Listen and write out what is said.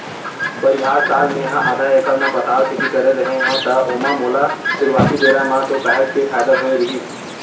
परिहार साल मेहा आधा एकड़ म पताल खेती करे रेहेव त ओमा मोला सुरुवाती बेरा म तो काहेच के फायदा होय रहिस